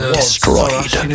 destroyed